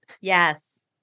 Yes